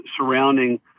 surrounding